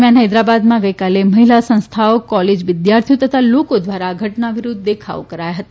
દરમિયાન હૈદરાબાદમાં ગઈકાલે મહિલા સંસ્થાઓ કોલેજ વિદ્યાર્થીઓ તથા લોકો દ્વારા આ ઘટના વિરૂધ્ધ દેખાવો કરાયા હતા